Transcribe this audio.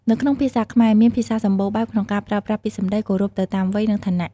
នៅក្នុងភាសាខ្មែរមានភាពសម្បូរបែបក្នុងការប្រើប្រាស់ពាក្យសំដីគោរពទៅតាមវ័យ និងឋានៈ។